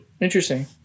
Interesting